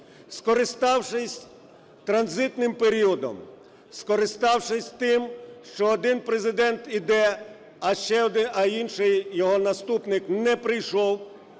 Скориставшись транзитним періодом, скориставшись тим, що один Президент іде, а інший, його наступник, не прийшов,